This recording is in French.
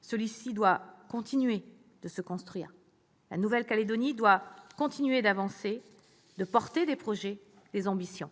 qui doit continuer de se construire. La Nouvelle-Calédonie doit continuer d'avancer et de porter des projets et des ambitions.